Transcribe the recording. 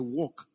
walk